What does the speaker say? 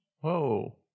Whoa